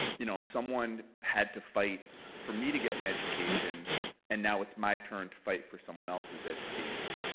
you know someone had to fight for me to get an education and now it's my turn to fight for someone else's education.